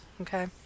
okay